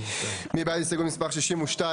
מי בעד הסתייגות מספר 62?